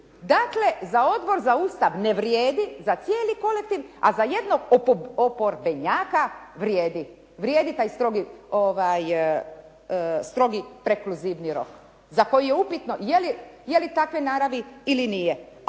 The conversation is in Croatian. Dakle, za Odbor za Ustav ne vrijedi za cijeli kolektiv a za jednog oporbenjaka vrijedi, vrijedi taj strogi prekluzivni rok, za koji je upitno je li takve naravi ili nije.